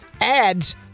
ads